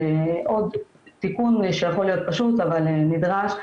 זה עוד תיקון שיכול להיות פשוט אבל נדרש.